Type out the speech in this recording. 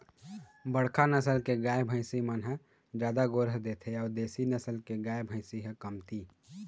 बड़का नसल के गाय, भइसी मन ह जादा गोरस देथे अउ देसी नसल के गाय, भइसी ह कमती